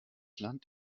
land